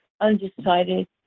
undecided